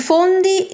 Fondi